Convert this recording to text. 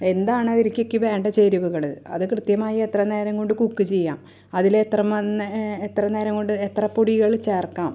എന്താണ് അതിലേക്ക് വേണ്ടത് ചേരുവകൾ അത് കൃത്യമായി എത്ര നേരം കൊണ്ട് കുക്ക് ചെയ്യാം അതിൽ എത്ര മന്നെ എത്ര നേരം കൊണ്ട് എത്ര പൊടികൾ ചേർക്കാം